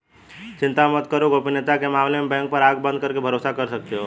चिंता मत करो, गोपनीयता के मामले में बैंक पर आँख बंद करके भरोसा कर सकते हो